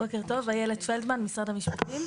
בוקר טוב, אילת פלדמן, משרד המשפטים.